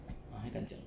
还敢讲